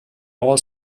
all